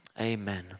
Amen